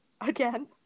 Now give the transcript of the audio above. again